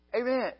Amen